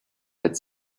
had